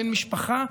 בן משפחה,